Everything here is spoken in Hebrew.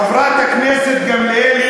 חברת הכנסת גמליאל,